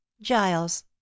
Giles